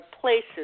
places